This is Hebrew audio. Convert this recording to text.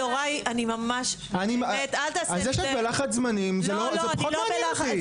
זה שאת בלחץ זמנים זה פחות מעניין אותי.